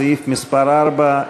סעיף מס' 4,